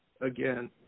again